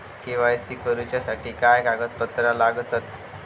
KYC करूच्यासाठी काय कागदपत्रा लागतत?